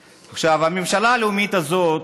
עכשיו, הממשלה הלאומית הזאת,